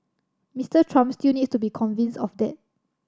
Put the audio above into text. Mister Trump still needs to be convinced of that